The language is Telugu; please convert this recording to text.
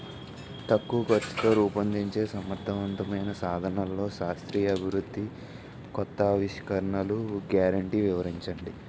తక్కువ ఖర్చుతో రూపొందించే సమర్థవంతమైన సాధనాల్లో శాస్త్రీయ అభివృద్ధి కొత్త ఆవిష్కరణలు గ్యారంటీ వివరించండి?